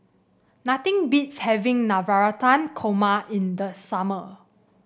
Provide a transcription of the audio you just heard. nothing beats having Navratan Korma in the summer